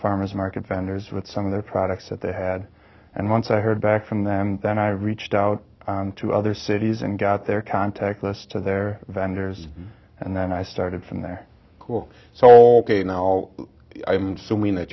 farmer's market vendors with some of their products that they had and once i heard back from them then i reached out to other cities and got their contact list to their vendors and then i started from there cool soul k now i'm so mean that